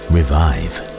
Revive